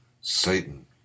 Satan